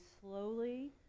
slowly